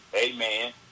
amen